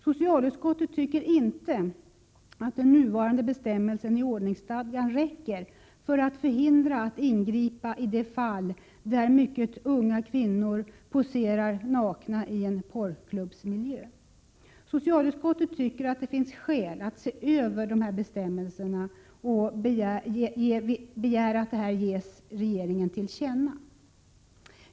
Socialutskottet tycker att nuvarande bestämmelse i ordningsstadgan inte räcker för att möjliggöra ingripande i de fall där mycket unga kvinnor poserar nakna i en porrklubbsmiljö. Socialutskottet tycker att det finns skäl att se över dessa bestämmelser och begär att detta ges regeringen till känna.